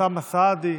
אוסאמה סעדי,